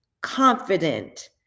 confident